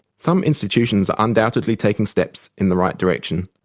some institutions are undoubtedly taking steps in the right direction.